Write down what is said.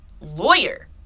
lawyer